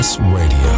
Radio